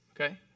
Okay